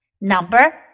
Number